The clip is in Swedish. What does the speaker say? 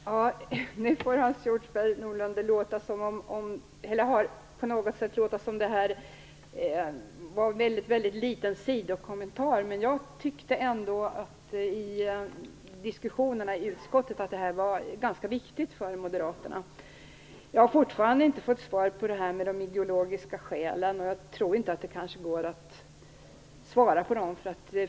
Herr talman! Nu får Hans Hjortzberg-Nordlund det att låta som att detta var en väldigt liten sidokommentar. Men jag uppfattade det ändå som att det här var ganska viktigt för moderaterna, enligt diskussionerna i utskottet. Jag har fortfarande inte fått svar på frågan om de ideologiska skälen, och jag tror inte att det går att svara på den frågan.